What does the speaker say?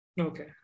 Okay